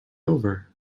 over